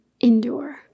Endure